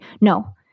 no